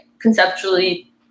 conceptually